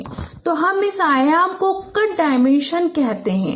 तो हम इस आयाम को कट डायमेंशन कहते हैं